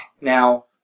Now